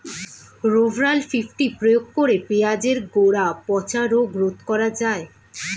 Rovral fifty প্রয়োগ করে পেঁয়াজের গোড়া পচা রোগ রোধ করা যায়?